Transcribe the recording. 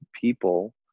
people